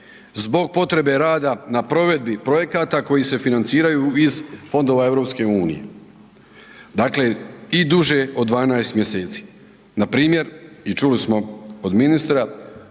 zbog potrebe rada na provedbi projekata koji se financiraju iz fondova EU, dakle i duže od 12 mjeseci. Npr. i čuli smo od ministra